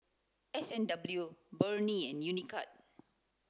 S and W Burnie and Unicurd